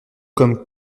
comme